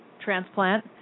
transplant